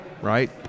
right